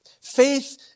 Faith